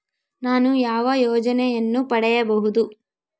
ನಾನು ಯಾವ ಯೋಜನೆಯನ್ನು ಪಡೆಯಬಹುದು?